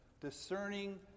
discerning